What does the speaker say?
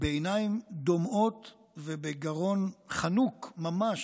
בעיניים דומעות ובגרון חנוק ממש